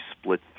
split